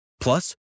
Plus